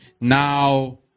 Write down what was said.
Now